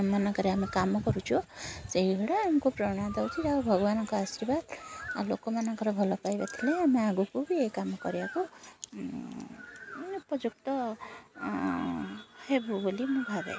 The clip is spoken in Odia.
ମାନଙ୍କରେ ଆମେ କାମ କରୁଛୁ ସେଇଗୁଡ଼ା ଆମକୁ ପ୍ରେରଣା ଦେଉଛି ଯାହା ହେଉ ଭଗବାନଙ୍କ ଆଶୀର୍ବାଦ ଆଉ ଲୋକମାନଙ୍କର ଭଲପାଇବା ଥିଲେ ଆମେ ଆଗକୁ ବି ଏଇ କାମ କରିବାକୁ ମାନେ ଉପଯୁକ୍ତ ହେବୁ ବୋଲି ମୁଁ ଭାବେ